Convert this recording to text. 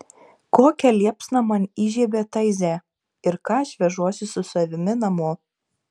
kokią liepsną man įžiebė taize ir ką aš vežuosi su savimi namo